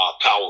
power